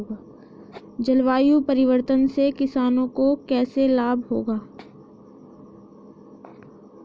जलवायु परिवर्तन से किसानों को कैसे लाभ होगा?